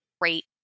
great